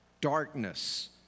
darkness